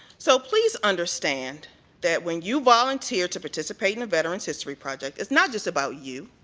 so please understand that when you volunteer to participate in veterans history project, it's not just about you.